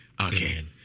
Okay